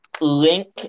link